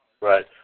Right